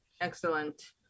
Excellent